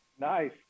Nice